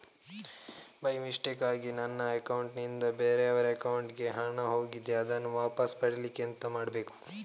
By ಮಿಸ್ಟೇಕಾಗಿ ನನ್ನ account ನಿಂದ ಬೇರೆಯವರ ಅಕೌಂಟ್ ಗೆ ಹಣ ಹೋಗಿದೆ ಅದನ್ನು ವಾಪಸ್ ಪಡಿಲಿಕ್ಕೆ ಎಂತ ಮಾಡಬೇಕು?